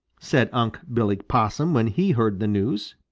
said unc' billy possum when he heard the news.